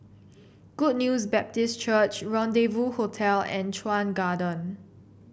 Good News Baptist Church Rendezvous Hotel and Chuan Garden